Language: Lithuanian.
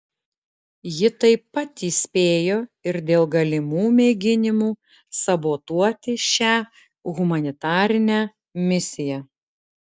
ji taip pat įspėjo ir dėl galimų mėginimų sabotuoti šią humanitarinę misiją